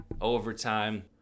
overtime